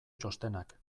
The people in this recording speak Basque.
txostenak